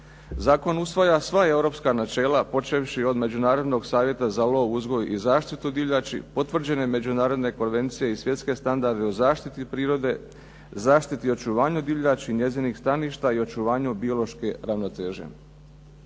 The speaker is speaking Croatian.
Zakon usvaja sva europska načela počevši od Međunarodnog savjeta za lov, uzgoj i zaštitu divljači, potvrđene međunarodne konvencije i svjetske standarde u zaštiti prirode, zaštiti i očuvanju divljači, njezinih staništa i očuvanju biološke ravnoteže.